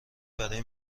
برای